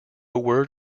word